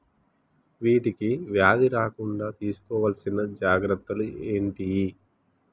వీటికి వ్యాధి రాకుండా తీసుకోవాల్సిన జాగ్రత్తలు ఏంటియి?